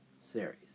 series